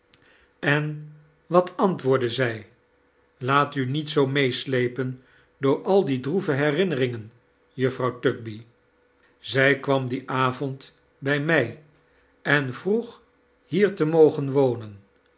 en wat antwoordde zij laat u niet zoo meeslepen door al die droeve berinmeringen juffrouw tugby zij kwarn dien avond bij mij en vroeg hier te mogen wonen